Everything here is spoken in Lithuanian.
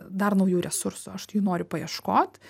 dar naujų resursų aš tai jų noriu paieškot